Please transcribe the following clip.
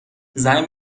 زنگ